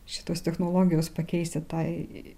šitos technologijos pakeisti tai